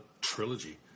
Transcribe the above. trilogy